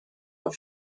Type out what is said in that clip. are